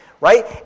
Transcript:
right